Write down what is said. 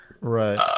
right